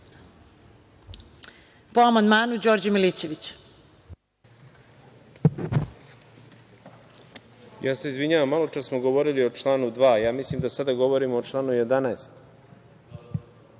ima reč. **Đorđe Milićević** Ja se izvinjavam, maločas smo govorili o članu 2. ja mislim da sada govorimo o članu